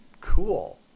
Cool